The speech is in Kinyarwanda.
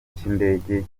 cy’indege